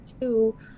two